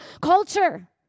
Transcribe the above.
culture